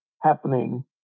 happening